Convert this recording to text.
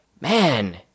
man